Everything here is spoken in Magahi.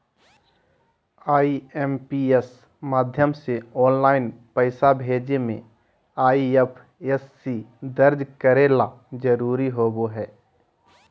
आई.एम.पी.एस माध्यम से ऑनलाइन पैसा भेजे मे आई.एफ.एस.सी दर्ज करे ला जरूरी होबो हय